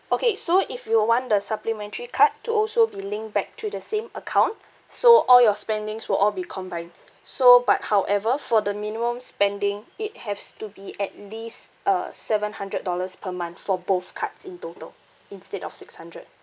okay so if you would want the supplementary card to also be linked back to the same account so all your spendings will all be combined so but however for the minimum spending it haves to be at least uh seven hundred dollars per month for both cards in total instead of six hundred